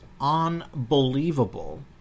unbelievable